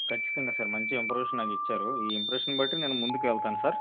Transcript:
ఖచ్చితంగా సార్ మంచి ఇంప్రమేషన్ నాకు ఇచ్చారు ఈ ఇంప్రమేషన్ బట్టి నేను ముందుకెళ్తాను సార్